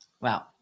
Wow